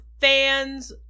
fans